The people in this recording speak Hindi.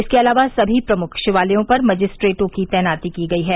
इसके अलावा सभी प्रमुख शिवालयों पर मजिस्ट्रेटों की तैनाती की गयी है